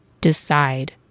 decide